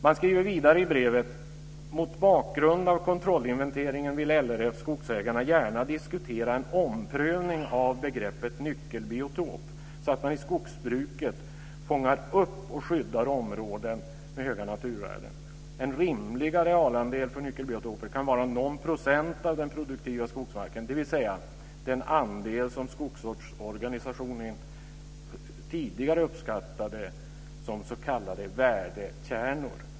Man skriver vidare i brevet: "Mot bakgrund av kontrollinventeringen vill LRF Skogsägarna gärna diskutera en omprövning av begreppet nyckelbiotop så att man i skogsbruket fångar upp och skyddar områden med höga naturvärden. En rimlig arealandel för nyckelbiotoper kan vara någon procent av den produktiva skogsmarken, dvs. den andel som skogsvårdsorganisationen tidigare uppskattade som s.k. värdekärnor.